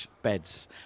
beds